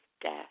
death